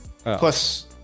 Plus